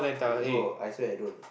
bro I swear don't